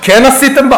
כן עשיתם?